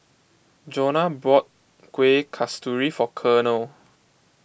Jonna bought Kuih Kasturi for Colonel